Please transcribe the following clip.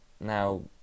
now